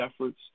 efforts